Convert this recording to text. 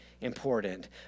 important